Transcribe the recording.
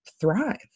thrive